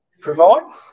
provide